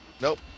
Nope